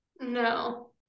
No